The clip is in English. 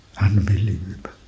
Unbelievable